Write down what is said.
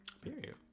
Period